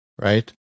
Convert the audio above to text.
Right